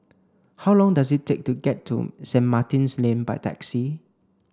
how long does it take to get to Saint Martin's Lane by taxi